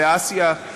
באסיה,